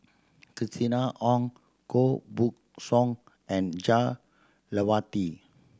Christina Ong Koh Buck Song and Jah Lelawati